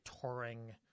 touring